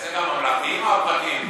בבתי-הספר הממלכתיים או הפרטיים?